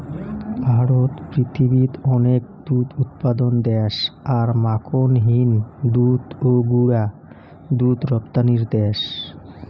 ভারত পৃথিবীত অনেক দুধ উৎপাদন দ্যাশ আর মাখনহীন দুধ ও গুঁড়া দুধ রপ্তানির দ্যাশ